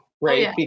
right